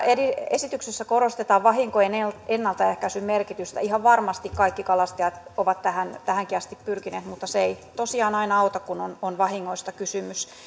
esityksessä korostetaan vahinkojen ennaltaehkäisyn merkitystä ihan varmasti kaikki kalastajat ovat siihen tähänkin asti pyrkineet mutta se ei tosiaan aina auta kun on on vahingoista kysymys